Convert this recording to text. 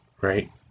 right